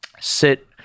sit